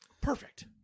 Perfect